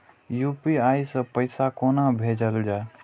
UPI सै पैसा कोना भैजल जाय?